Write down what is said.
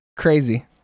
Crazy